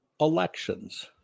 elections